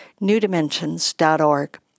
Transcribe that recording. newdimensions.org